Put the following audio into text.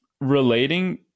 relating